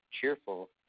cheerful